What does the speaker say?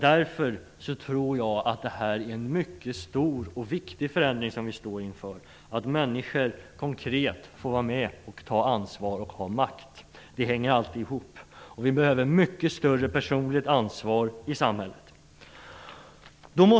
Därför tror jag att det är en mycket stor och viktig förändring som vi står inför, när människor konkret får vara med om att ta ansvar och att ha makt. Detta hänger alltså ihop. Vi behöver mycket mer av personligt ansvar i samhället.